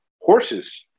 horses